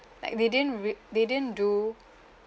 like they didn't re~ they didn't do